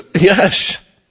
Yes